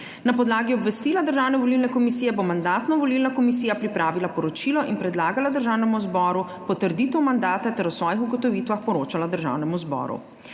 Na podlagi obvestila Državne volilne komisije bo Mandatno-volilna komisija pripravila poročilo in predlagala Državnemu zboru potrditev mandata ter o svojih ugotovitvah poročala Državnemu zboru.